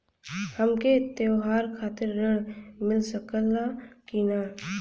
हमके त्योहार खातिर त्रण मिल सकला कि ना?